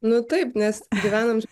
nu taip nes gyvenam